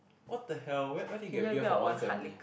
!what the hell! where where did you get beer for one seventy